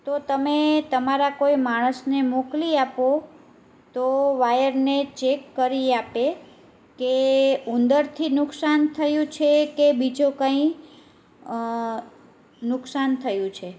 તો તમે તમારા કોઈ માણસને મોકલી આપો તો વાયરને ચેક કરી આપે કે ઉંદરથી નુકસાન થયું છે કે બીજો કંઈ નુકસાન થયું છે